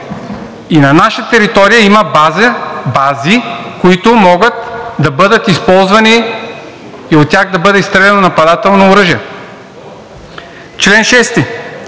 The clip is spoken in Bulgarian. и на наша територия има бази, които могат да бъдат използвани и от тях да бъде изстреляно нападателно оръжие. „Чл. 6.